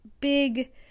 big